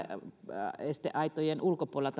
rajaesteaitojen ulkopuolella